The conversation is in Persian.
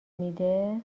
میده